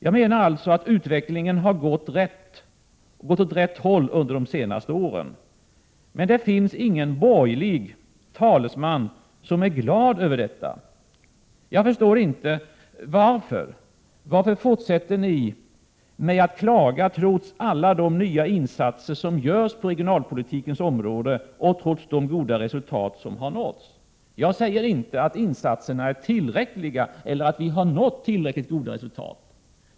Jag menar att utvecklingen har gått åt rätt håll de senaste åren. Men det finns ingen borgerlig talesman som är glad över detta. Jag förstår inte varför. Varför fortsätter ni med att klaga trots alla de nya insatser som görs på regionalpolitikens område och trots de goda resultat som har nåtts? Jag säger inte att insatserna är tillräckliga eller att vi har nått tillräckligt goda resultat.